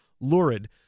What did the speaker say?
lurid